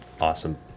awesome